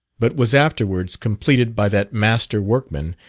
but was afterwards completed by that master workman,